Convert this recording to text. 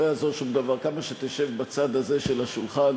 לא יעזור שום דבר: כמה שתשב בצד הזה של השולחן,